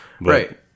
Right